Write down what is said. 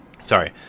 Sorry